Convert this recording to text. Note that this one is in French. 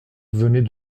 venait